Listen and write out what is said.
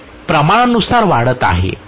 ते प्रमाणानुसार वाढत आहे